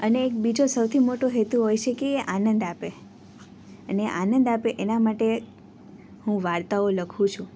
અને એક બીજો સૌથી મોટો હેતુ હોય છે કે એ આનંદ આપે અને આનંદ આપે એના માટે હું વાર્તાઓ લખું છું